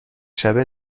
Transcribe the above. شبه